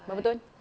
ya betul